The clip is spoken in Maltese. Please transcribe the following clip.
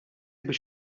biex